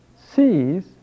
sees